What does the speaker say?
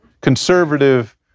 conservative